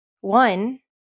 One